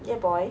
ya boy